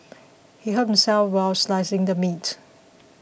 he hurt himself while slicing the meat